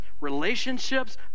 relationships